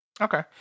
Okay